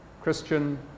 Christian